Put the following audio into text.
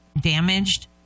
damaged